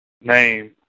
name